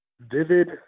vivid